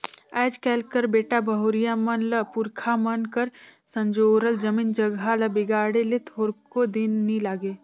आएज काएल कर बेटा बहुरिया मन ल पुरखा मन कर संजोरल जमीन जगहा ल बिगाड़े ले थोरको दिन नी लागे